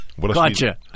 Gotcha